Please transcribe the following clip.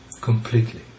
Completely